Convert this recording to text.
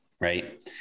Right